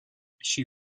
she